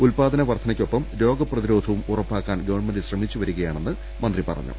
ഉൽപാദന വർധനയ്ക്കൊപ്പം രോഗപ്രതിരോധവും ഉറപ്പാ ക്കാൻ ഗവൺമെന്റ് ശ്രമിച്ചു വരിക്യാണെന്ന് മന്ത്രി പറഞ്ഞു